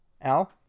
Al